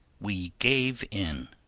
we gave in.